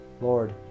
Lord